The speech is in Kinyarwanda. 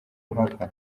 mpaka